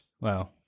wow